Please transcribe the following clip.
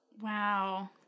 Wow